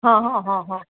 હા હા હા